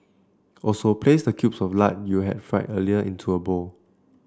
also place the cubes of lard you had fried earlier into a bowl